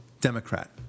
Democrat